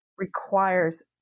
requires